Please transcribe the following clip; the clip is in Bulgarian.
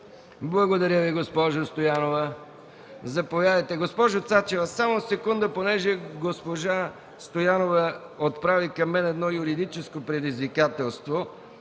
Благодаря Ви, госпожо Стоянова. Заповядайте, госпожо Цачева, но само дайте секунда, понеже госпожа Стоянова отправи към мене едно юридическо предизвикателство